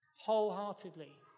wholeheartedly